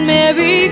Merry